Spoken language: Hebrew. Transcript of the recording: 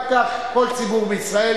גם כך כל ציבור בישראל.